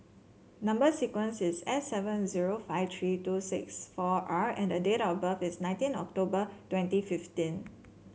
number sequence is S seven zero five three two six four R and date of birth is nineteen October twenty fifteen